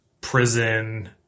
prison